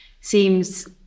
seems